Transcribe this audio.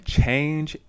change